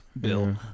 Bill